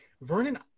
vernon